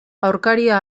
aurkaria